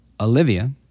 Olivia